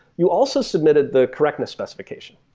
you also submitted the correctness specification.